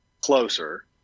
closer